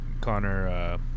Connor